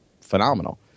phenomenal